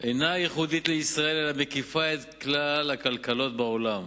אלא מקיפה את כלל הכלכלות בעולם,